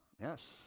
Yes